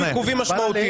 שיהיו עיכובים משמעותיים.